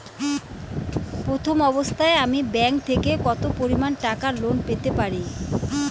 প্রথম অবস্থায় আমি ব্যাংক থেকে কত পরিমান টাকা লোন পেতে পারি?